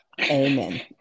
Amen